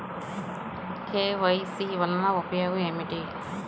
KYC వలన ఉపయోగం ఏమిటీ?